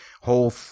whole